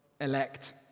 elect